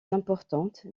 importante